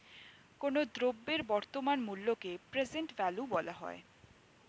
কোনো দ্রব্যের বর্তমান মূল্যকে প্রেজেন্ট ভ্যালু বলা হয়